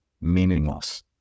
meaningless